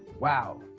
wow,